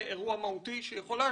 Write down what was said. זה אירוע מהותי שיכול להשפיע.